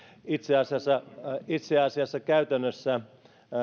itse asiassa itse asiassa käytännössä